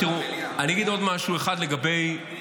אגיד עוד משהו אחד לגבי